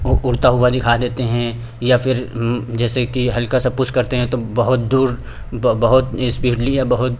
उड़ता हुआ दिखा देते हैं या फिर जैसे कि हल्का सा पूस करते हैं तो बहुत दूर बहुत इस्पीडली या बहुत